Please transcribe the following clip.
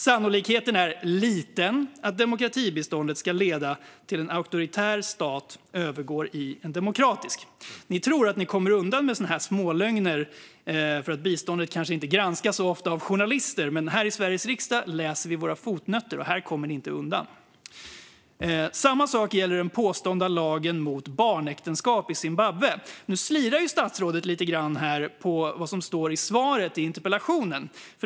Sannolikheten är liten att demokratibiståndet ska leda till att en auktoritär stat övergår i en demokratisk. Ni tror att ni kommer undan med sådana här smålögner, eftersom biståndet kanske inte granskas så ofta av journalister. Men här i Sveriges riksdag läser vi våra fotnoter, och här kommer ni inte undan. Samma sak gäller den påstådda lagen mot barnäktenskap i Zimbabwe. Nu slirar statsrådet lite grann på vad som står i svaret på interpellationen.